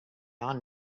non